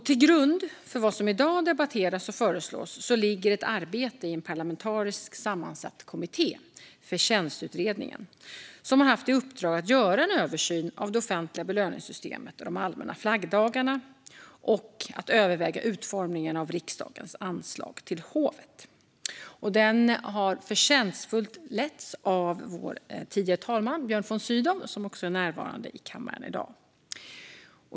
Till grund för vad som i dag debatteras och föreslås ligger ett arbete i en parlamentariskt sammansatt kommitté, Förtjänstutredningen, som haft i uppdrag att göra en översyn av det offentliga belöningssystemet och de allmänna flaggdagarna och att överväga utformningen av riksdagens anslag till hovet. Utredningen har förtjänstfullt letts av vår tidigare talman Björn von Sydow, som också är närvarande i kammaren i dag.